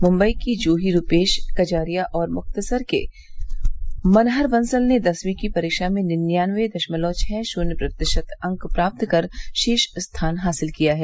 मुंबई की जूही रूपेश कजारिया और मुक्तसर के मनहर बंसल ने दसवीं की परीक्षा में निन्यानवे दशमलव छः शून्य प्रतिशत अंक प्राप्त कर शीर्ष स्थान हासिल किया है